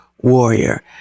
warrior